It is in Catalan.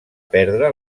perdre